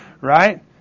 right